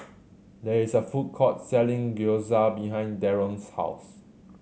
there is a food court selling Gyoza behind Daron's house